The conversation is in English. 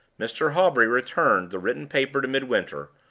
mr. hawbury returned the written paper to midwinter,